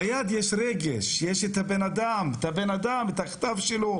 ביד, יש רגש, יש את הבן-אדם, את הכתב שלו.